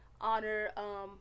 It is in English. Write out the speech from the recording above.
honor